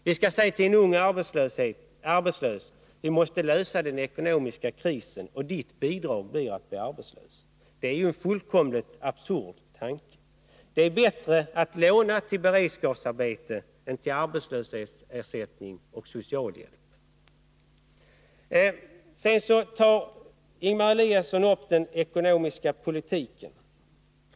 Vi skall säga till en ung arbetslös: Vi måste lösa den ekonomiska krisen, och ditt bidrag blir att bli arbetslös. — Det är ju en fullkomligt absurd tanke. Det är bättre att låna till beredskapsarbete än till arbetslöshetsersättning och socialhjälp. Ingemar Eliasson var också inne på den ekonomiska politiken.